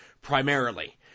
primarily